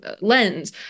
lens